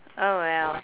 oh well